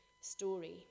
story